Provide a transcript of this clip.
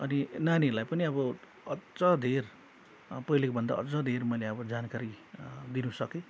अनि नानीहरूलाई पनि अब अझ धेर पहिलाको भन्दा अझ धेर मैले अब जानकारी दिनुसकेँ